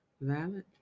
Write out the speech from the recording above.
Valid